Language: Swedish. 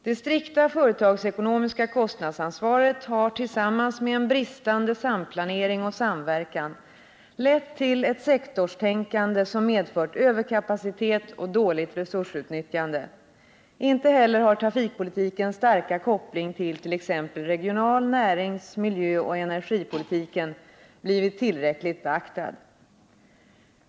Det strikta företagsekonomiska kostnadsansvaret har tillsammans med en bristande samplanering och samverkan lett till ett sektorstänkande som medfört överkapacitet och dåligt resursutnyttjande. Inte heller har trafikpolitikens starka koppling till t.ex. regional-, närings-, miljöoch energipolitiken blivit tillräckligt beaktad.